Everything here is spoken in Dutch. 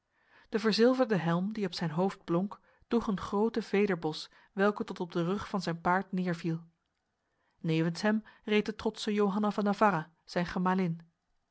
de verzilverde helm die op zijn hoofd blonk droeg een grote vederbos welke tot op de rug van zijn paard neerviel nevens hem reed de trotse johanna van navarra zijn gemalin